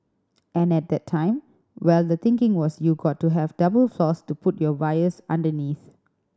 and at that time well the thinking was you got to have double floors to put your wires underneath